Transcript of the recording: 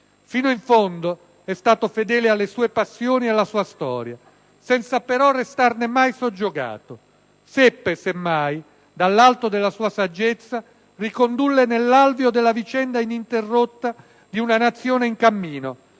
Fino in fondo è stato fedele alla sue passioni e alla sua storia, senza però restarne mai soggiogato. Seppe, semmai, dall'alto della sua saggezza, ricondurle nell'alveo della vicenda interrotta di una Nazione in cammino,